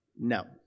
No